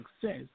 success